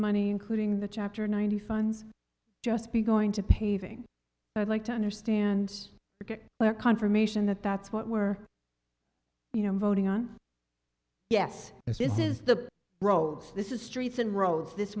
money including the chapter ninety funds just be going to paving i'd like to understand that confirmation that that's what were you know voting on yes this is the road this is streets and roads this